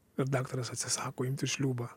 ir daktaras atsisako imti šliūbą